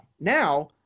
Now –